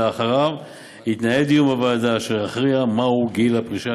ואחריו יתנהל דיון בוועדה אשר יכריע מהו גיל הפרישה